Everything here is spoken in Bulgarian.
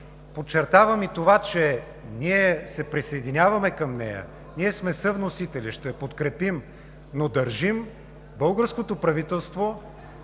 подчертавам и това, че ние се присъединяваме към нея, ние сме съвносители, ще я подкрепим, но държим българското правителство